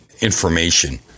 information